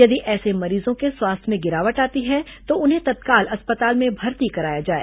यदि ऐसे मरीजों के स्वास्थ्य में गिरावट आती है तो उन्हें तत्काल अस्पताल में भर्ती कराया जाए